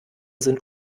sind